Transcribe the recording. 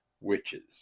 Witches